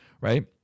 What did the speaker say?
right